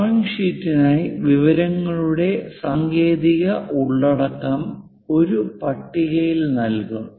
drawing ഷീറ്റിനായി വിവരങ്ങളുടെ സാങ്കേതിക ഉള്ളടക്കം ഒരു പട്ടികയായി നൽകും